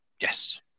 yes